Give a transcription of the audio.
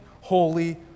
holy